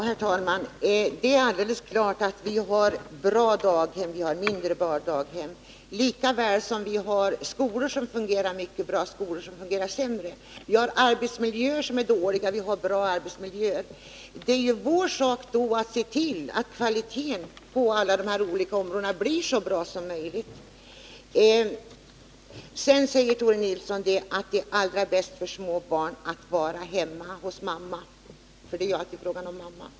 Herr talman! Det är helt klart att vi har bra daghem och mindre bra daghem, lika väl som vi har skolor som fungerar mycket bra och skolor som fungerar sämre. Vi har arbetsmiljöer som är dåliga, och vi har arbetsmiljöer som är bra. Det är då vår sak att se till att kvaliteten på alla dessa olika områden blir så bra som möjligt. Tore Nilsson säger att det är allra bäst för småbarn att vara hemma hos mamma — det är ju alltid fråga om mamma.